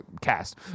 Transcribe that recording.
cast